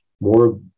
more